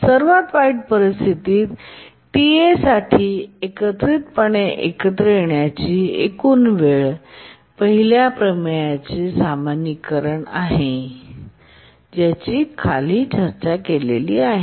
सर्वात वाईट परिस्थितीत Ta साठी एकत्रितपणे एकत्र येण्याची एकूण वेळ आणि पहिल्या प्रमेयचे सामान्यीकरण आहे खाली चर्चा केली आहे